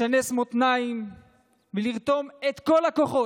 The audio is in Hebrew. לשנס מותניים ולרתום את כל הכוחות,